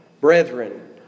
brethren